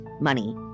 money